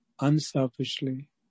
unselfishly